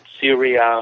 Syria